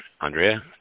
Andrea